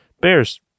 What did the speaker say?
bears